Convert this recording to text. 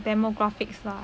demographics lah